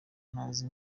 utanzi